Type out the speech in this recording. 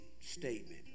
statement